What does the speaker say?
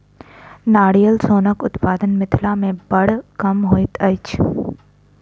नारियल सोनक उत्पादन मिथिला मे बड़ कम होइत अछि